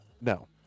No